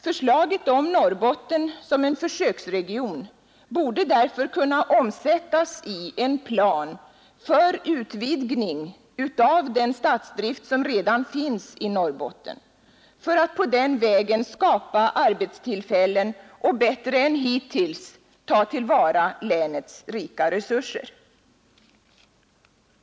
Förslaget om Norrbotten som en försöksregion borde därför kunna omsättas i en plan för utvidgning av statsdriften i Norrbotten så att man på den vägen kan skapa arbetstillfällen och bättre än hittills ta till vara länets rika resurser.